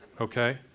okay